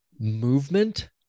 movement